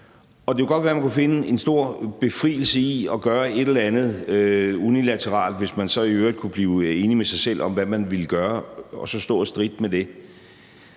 Og det kunne godt være, at man kunne finde en stor befrielse i at gøre et eller andet unilateralt, hvis man så i øvrigt kunne blive enig med sig selv om, hvad man vil gøre, og så stå og stritte med det.